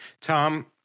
Tom